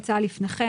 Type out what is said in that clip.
לפניכם.